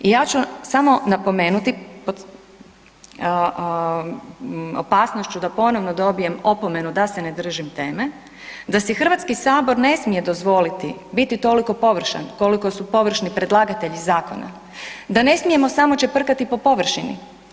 I ja ću samo napomenuti opasnošću da ponovno dobijem opomenu da se ne držim teme, da si Hrvatski sabor ne smije dozvoliti biti toliko površan koliko su površni predlagatelji zakona, da ne smijemo samo čeprkati po površini.